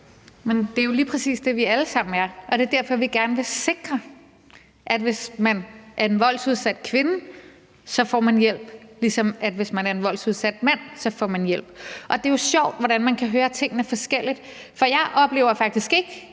Men det er jo lige præcis det, vi alle sammen er, og det er derfor, vi gerne vil sikre, at hvis man er en voldsudsat kvinde, så får man hjælp, ligesom man får hjælp, hvis man er en voldsudsat mand. Og det er sjovt, hvordan man kan høre tingene forskelligt, for jeg hører faktisk ikke,